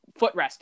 footrest